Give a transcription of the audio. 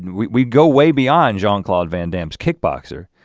we go way beyond jean-claude van damme's kickboxer.